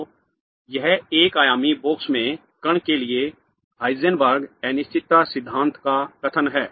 तो यह एक आयामी बॉक्स में कण के लिए हाइजेनबर्ग अनिश्चितता सिद्धांत का कथन है